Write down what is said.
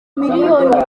miliyoni